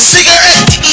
Cigarette